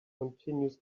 continues